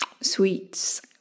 sweets